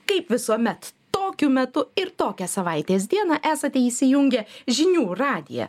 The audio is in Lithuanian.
kaip visuomet tokiu metu ir tokią savaitės dieną esate įsijungę žinių radiją